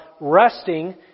resting